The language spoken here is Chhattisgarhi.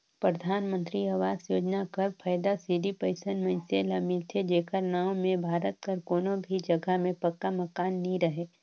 परधानमंतरी आवास योजना कर फएदा सिरिप अइसन मइनसे ल मिलथे जेकर नांव में भारत कर कोनो भी जगहा में पक्का मकान नी रहें